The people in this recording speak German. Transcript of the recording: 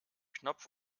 knopf